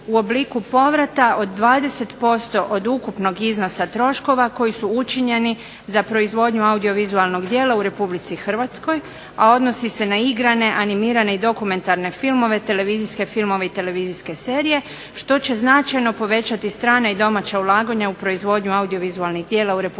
u obliku povrata od 20% od ukupnog iznosa troškova koji su učinjeni za proizvodnju audiovizualnog djela u RH, a odnosi se na igrane, animirane i dokumentarne filmove, televizijske filmove i televizijske serije što će značajno povećati strana i domaća ulaganja u proizvodnju audiovizualnih djela u RH.